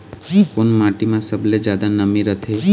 कोन माटी म सबले जादा नमी रथे?